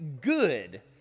good